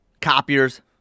Copiers